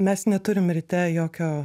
mes neturim ryte jokio